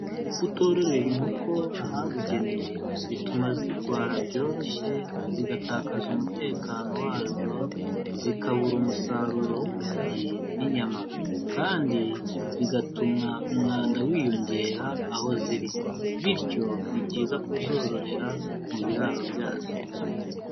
Kutororera inkoko ahabugenewe, bituma zirwara byoroshye, zigatakaza umutekano wazo, zikabura umusaruro w'amagi n'inyama. Kandi bigatuma umwanda wiyongera aho ziri. Bityo ni byiza kuzororera mu biraro byazo.